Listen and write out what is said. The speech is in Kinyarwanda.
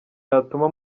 yatuma